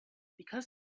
because